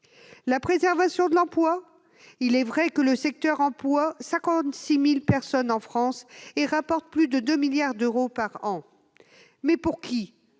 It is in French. La préservation de l'emploi ? Il est vrai que le secteur emploie 56 000 personnes en France et rapporte plus de 2 milliards d'euros par an. Mais pour qui ?